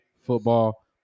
football